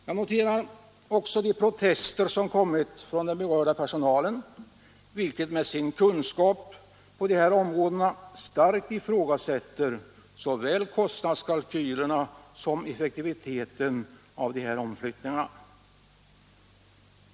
Jag noterar också de protester som kommit från den berörda personalen, som med sin kunskap på de här områdena starkt ifrågasätter såväl kostnadskalkylerna för som den beräknade effektiviteten av de här omflyttningarna.